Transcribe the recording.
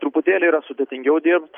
truputėlį yra sudėtingiau dirbt